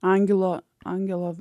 angelo angelo